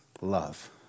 love